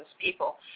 people